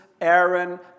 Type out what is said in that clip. Aaron